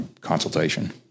consultation